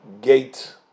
gate